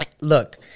Look